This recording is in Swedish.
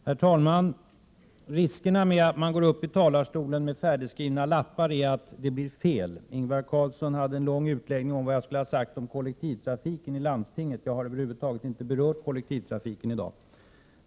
Herr talman! Risken med att gå upp i talarstolen med färdigskrivna lappar är att det blir fel. Ingvar Carlsson höll en lång utläggning om vad jag skulle ha sagt om kollektivtrafiken i landstinget; jag har över huvud taget inte berört kollektivtrafiken i dag.